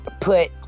put